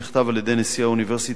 מכתב על-ידי נשיא האוניברסיטה,